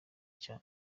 cya